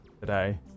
today